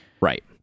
Right